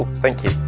thank you